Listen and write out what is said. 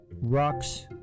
rocks